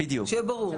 שיהיה ברור.